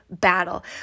battle